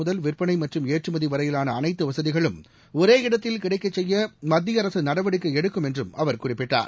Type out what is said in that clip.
முதல் விற்பனை மற்றும் ஏற்றுமதி வரையிலான அனைத்து வசதிகளும் ஒரே இடத்தில் கிடைக்கச் செய்ய மத்திய அரசு நடவடிக்கை எடுக்கும் என்று அவர் குறிப்பிட்டார்